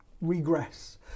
regress